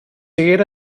haguera